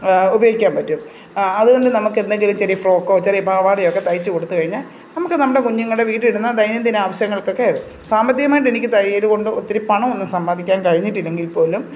ഉപയോഗിക്കാന് പറ്റും അതുകൊണ്ട് നമുക്കെന്തെങ്കിലും ചെറിയ ഫ്രോക്കോ ചെറിയ പാവാടയോക്കെ തയ്ച്ച് കൊടുത്തുകഴിഞ്ഞാല് നമുക്ക് നമ്മുടെ കുഞ്ഞുങ്ങളുടെ വീട്ടില് ഇടുന്ന ദൈനംദിന ആവശ്യങ്ങൾക്കൊക്കെ സാമ്പത്തികമായിട്ടെനിക്ക് തയ്യല്കൊണ്ട് ഒത്തിരി പണമൊന്നും സമ്പാദിക്കാൻ കഴിഞ്ഞിട്ടില്ലെങ്കിൽ പോലും